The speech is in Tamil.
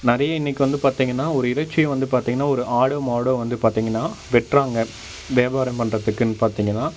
நிறைய இன்னைக்கு வந்து பார்த்தீங்கன்னா ஒரு இறைச்சி வந்து பார்த்தீங்கன்னா ஒரு ஆடோ மாடோ வந்து பார்த்தீங்கன்னா வெட்டுறாங்க வியாபாரம் பண்ணுறதுக்குன்னு பார்த்தீங்கன்னா